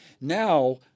now